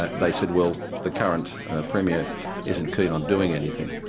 ah they said, well, the current premier isn't keen on doing anything.